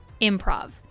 Improv